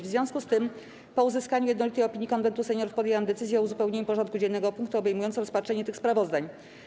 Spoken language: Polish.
W związku z tym, po uzyskaniu jednolitej opinii Konwentu Seniorów, podjęłam decyzję o uzupełnieniu porządku dziennego o punkty obejmujące rozpatrzenie tych sprawozdań.